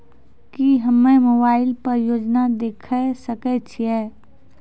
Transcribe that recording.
की हम्मे मोबाइल पर योजना देखय सकय छियै?